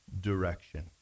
direction